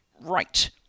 right